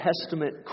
Testament